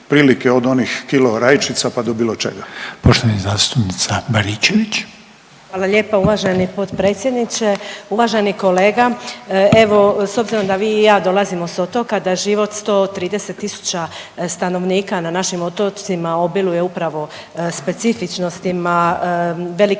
prilike od onih kilo rajčica, pa do bilo čega. **Reiner, Željko (HDZ)** Poštovana zastupnica Baričević. **Baričević, Danica (HDZ)** Hvala lijepa uvaženi potpredsjedniče. Uvaženi kolega, evo s obzirom da vi i ja dolazimo s otoka, da život 130 tisuća stanovnika na našim otocima obiluje upravo specifičnostima, velike